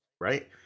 right